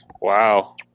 Wow